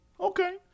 Okay